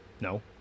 No